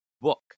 book